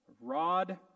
rod